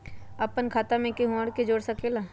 अपन खाता मे केहु आर के जोड़ सके ला?